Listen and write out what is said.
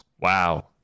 Wow